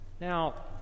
Now